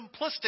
simplistic